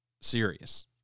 serious